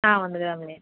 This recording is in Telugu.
ఉందికదండీ